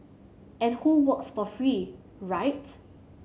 and who works for free right